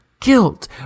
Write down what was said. guilt